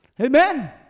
Amen